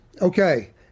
Okay